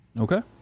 okay